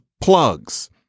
plugs